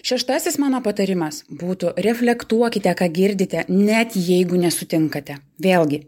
šeštasis mano patarimas būtų reflektuokite ką girdite net jeigu nesutinkate vėlgi